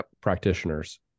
practitioners